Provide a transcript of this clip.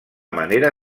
manera